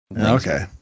okay